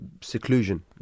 seclusion